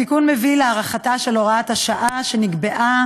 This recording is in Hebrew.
בתיקון מוצעת הארכת הוראת השעה שנקבעה